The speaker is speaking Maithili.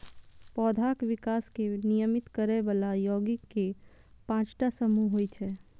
पौधाक विकास कें नियमित करै बला यौगिक के पांच टा समूह होइ छै